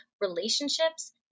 relationships